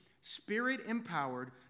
spirit-empowered